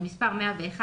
למספר 101,